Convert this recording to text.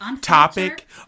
topic